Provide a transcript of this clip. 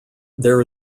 there